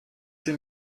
sie